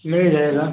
मिल जाएगा